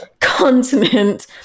continent